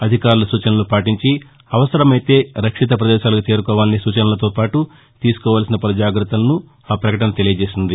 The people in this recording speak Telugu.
అధికారుల సూచనలు పాటించి అవసరమైతే రక్షిత పదేశాలకు చేరుకోవాలనే సూచనతోపాటు తీసుకోవాల్సిన పలు జాగ్రత్తలను ఆ పకటనలో తెలియచేసింది